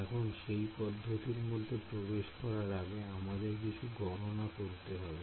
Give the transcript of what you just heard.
এখন সেই পদ্ধতির মধ্যে প্রবেশ করার আগে আমাদের কিছু গণনা করতে হবে